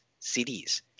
cds